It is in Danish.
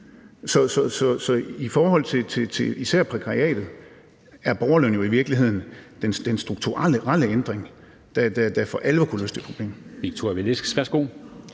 Så i forhold til især prekariatet er borgerløn jo i virkeligheden dén strukturelle ændring, der for alvor kunne løse det problem.